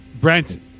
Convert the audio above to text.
Brent